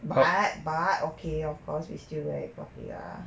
but but okay of course we still wear it properly ah